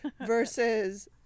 Versus